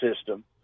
system